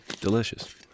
Delicious